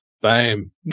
Bam